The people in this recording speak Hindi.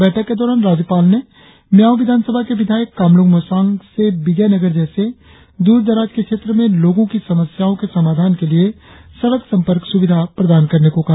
बैठक के दौरान राज्यपाल ने मिआओ विधानसभा के विधायक कामलुंग मोसांग से विजयनगर जैसे दूर दराज क्षेत्र के लोगों की समस्याओं के समाधान के लिए सड़क संपर्क सुविधा प्रदान करने को कहा